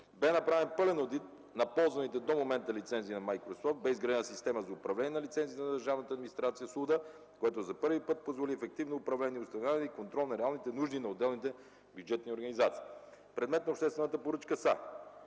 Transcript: Бе направен пълен одит на ползваните до момента лицензи на „Майкрософт”. Бе изградена Система за управление на лицензите на държавната администрация (СУЛДА), което за първи път позволи ефективно управление, установяване и контрол на реалните нужди на отделните бюджетни организации. Предмет на обществената поръчка са: